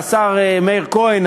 השר מאיר כהן,